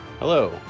Hello